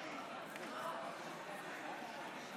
24), התשפ"ב 2022,